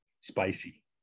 spicy